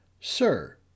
Sir